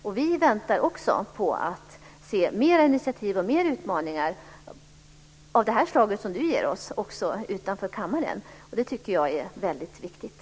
Vi väntar på att också utanför kammaren få se mer av initiativ och utmaningar av det slag som Lena Ek här ger oss. Det tycker jag är väldigt viktigt.